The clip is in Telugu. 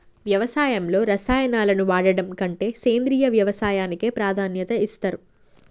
వ్యవసాయంలో రసాయనాలను వాడడం కంటే సేంద్రియ వ్యవసాయానికే ప్రాధాన్యత ఇస్తరు